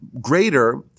greater